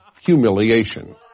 humiliation